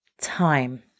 time